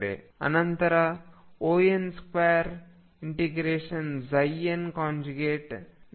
ಅನಂತರ On2∫nndx ಇದರಿಂದ On2 ಸಿಗುತ್ತದೆ